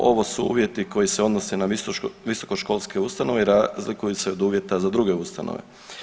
Ovo su uvjeti koji se odnose na visokoškolske ustanove i razlikuju se od uvjeta za druge ustanove.